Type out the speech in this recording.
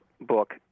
book